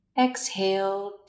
Exhale